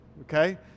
okay